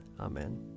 Amen